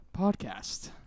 Podcast